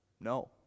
No